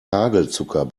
hagelzucker